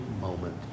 moment